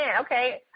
okay